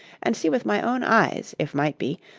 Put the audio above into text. and see with my own eyes, if might be,